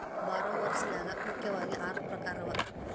ಭಾರೊವರ್ಸ್ ನ್ಯಾಗ ಮುಖ್ಯಾವಗಿ ಆರು ಪ್ರಕಾರವ